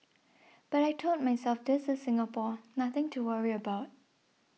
but I told myself this is Singapore nothing to worry about